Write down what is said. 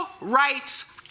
rights